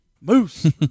Moose